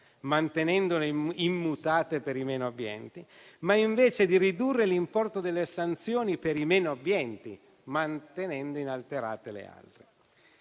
mantenendole immutate per i meno abbienti, ma invece di ridurre l'importo delle sanzioni per i meno abbienti, mantenendo inalterate le altre.